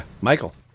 Michael